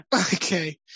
Okay